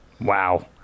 Wow